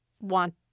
want